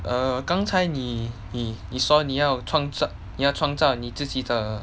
err 刚才你你说你要创造你要创造你自己的